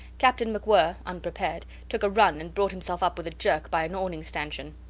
captain macwhirr, unprepared, took a run and brought himself up with a jerk by an awning stanchion.